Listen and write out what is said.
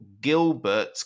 Gilbert